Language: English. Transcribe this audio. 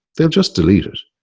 they'll just delete it.